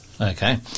Okay